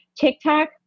TikTok